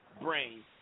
brain